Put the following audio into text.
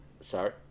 Sorry